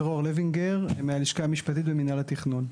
דרור לוינגר, מהלשכה המשפטית במינהל התכנון.